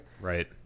Right